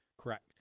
Correct